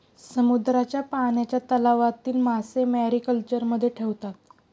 समुद्राच्या पाण्याच्या तलावातील मासे मॅरीकल्चरमध्ये ठेवतात